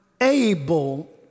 able